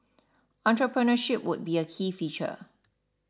entrepreneurship would be a key feature